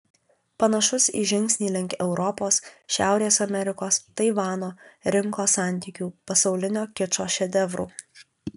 panašus į žingsnį link europos šiaurės amerikos taivano rinkos santykių pasaulinio kičo šedevrų